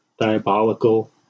Diabolical